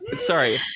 sorry